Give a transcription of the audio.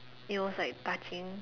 it was like touching